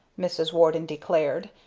mrs. warden declared,